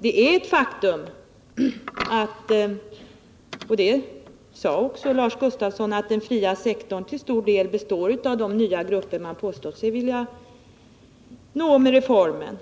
Det är ett faktum, och det sade också Lars Gustafsson, att den fria sektorn till stor del består av de nya grupper man påstod sig vilja nå med reformen.